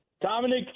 Dominic